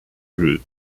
group